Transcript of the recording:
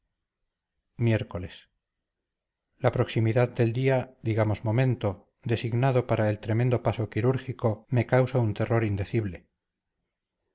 miércoles la proximidad del día digamos momento designado para el tremendo paso quirúrgico me causa un terror indecible